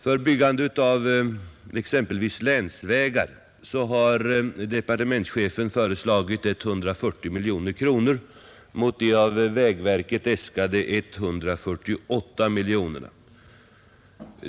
För byggande av exempelvis länsvägar har departementschefen föreslagit 140 miljoner kronor mot de av vägverket äskade 148 miljonerna.